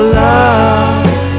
love